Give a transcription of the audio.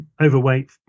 overweight